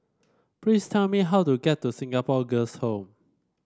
please tell me how to get to Singapore Girls' Home